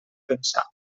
pensar